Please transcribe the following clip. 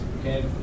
Okay